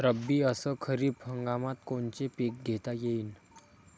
रब्बी अस खरीप हंगामात कोनचे पिकं घेता येईन?